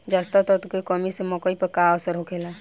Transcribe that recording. जस्ता तत्व के कमी से मकई पर का असर होखेला?